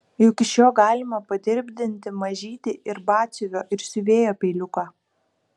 juk iš jo galima padirbdinti mažytį ir batsiuvio ir siuvėjo peiliuką